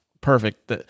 Perfect